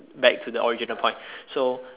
back to the original point so